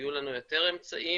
ויהיו לנו יותר אמצעים